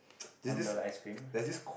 one dollar ice cream